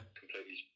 completely